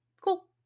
Cool